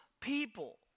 people